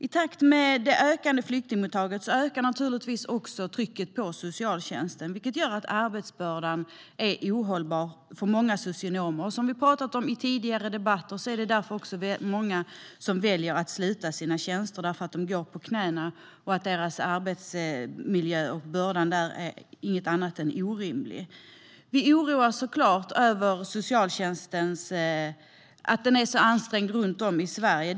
I takt med det ökande flyktingmottagandet ökar också trycket på socialtjänsten, vilket gör att arbetsbördan är ohållbar för många socionomer. Som vi pratat om i tidigare debatter är det också många som väljer att sluta sina tjänster för att de går på knäna och att arbetsmiljön och arbetsbördan är inget annat än orimlig. Vi oroas över att socialtjänsten är så ansträngd runt om i Sverige.